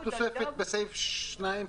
דוד מלובני,